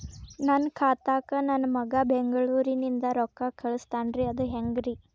ನನ್ನ ಖಾತಾಕ್ಕ ನನ್ನ ಮಗಾ ಬೆಂಗಳೂರನಿಂದ ರೊಕ್ಕ ಕಳಸ್ತಾನ್ರಿ ಅದ ಹೆಂಗ್ರಿ?